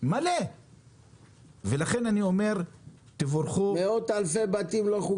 לא בשביל להוציא אותם מהבתים.